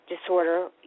disorder